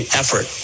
effort